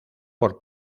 por